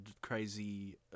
crazy